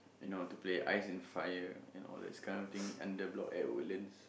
you know to play ice and fire and all these kind of thing under block at Woodlands